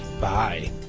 Bye